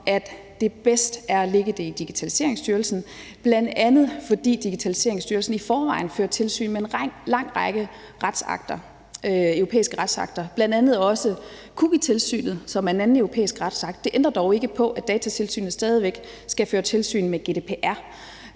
at det er bedst at lægge det i Digitaliseringsstyrelsen, bl.a. fordi Digitaliseringsstyrelsen i forvejen fører tilsyn med en lang række europæiske retsakter, bl.a. også cookietilsynet, som er en anden europæisk retsakt. Det ændrer dog ikke på, at Datatilsynet stadig væk skal føre tilsyn med GDPR.